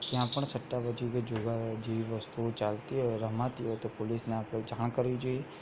જ્યાં પણ સટ્ટાબાજી કે જુગાર જેવી વસ્તુઓ ચાલતી હોત રમાતી હોય તો પોલીસને આપણે જાણ કરવી જોઇએ